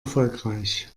erfolgreich